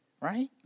right